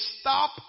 stop